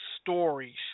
stories